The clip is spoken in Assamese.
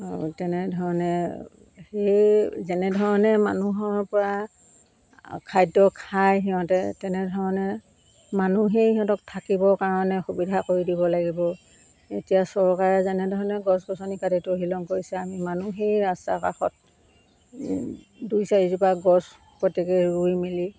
তেনেধৰণে সেই যেনেধৰণে মানুহৰপৰা খাদ্য খায় সিহঁতে তেনেধৰণে মানুহেই সিহঁতক থাকিবৰ কাৰণে সুবিধা কৰি দিব লাগিব এতিয়া চৰকাৰে যেনেধৰণে গছ গছনি কাটি তহিলং কৰিছে আমি মানুহেই ৰাস্তা কাষত দুই চাৰিজোপা গছ প্ৰত্যেকেই ৰুই মেলি